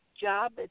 job